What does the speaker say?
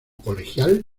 colegial